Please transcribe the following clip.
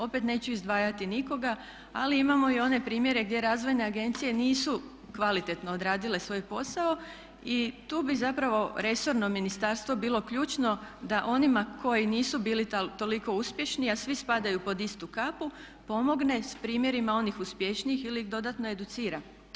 Opet neću izdvajati nikoga ali imamo i one primjere gdje razvojne agencije nisu kvalitetno odradile svoj posao i tu bi zapravo resorno ministarstvo bilo ključno da onima koji nisu bili toliko uspješni a svi spadaju pod istu kapu pomogne s primjerima onih uspješnijih ili dodatno educira.